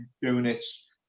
units